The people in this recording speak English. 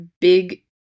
big